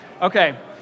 Okay